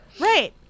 right